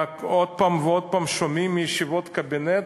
עוד פעם ועוד פעם שומעים מישיבות קבינט: